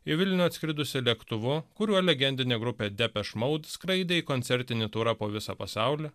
į vilnių atskridusi lėktuvu kuriuo legendinė grupė depeche mode skraidė į koncertinį turą po visą pasaulį